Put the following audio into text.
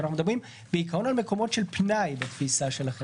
אנחנו מדברים בעיקרון על מקומות של פנאי בתפיסה שלכם.